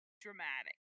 dramatic